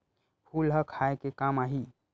फूल ह खाये के काम आही?